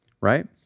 right